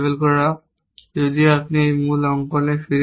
তাই আপনি যদি এই মূল অঙ্কনে ফিরে যান